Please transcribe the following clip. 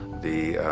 the